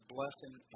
Blessing